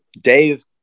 Dave